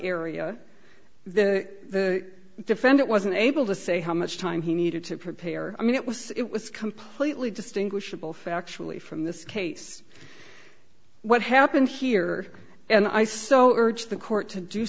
area the defendant wasn't able to say how much time he needed to prepare i mean it was it was completely distinguishable factually from this case what happened here and i so urge the court to do